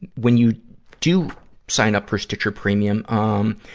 when you do sign up for stitcher premium, um,